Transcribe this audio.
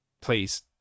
please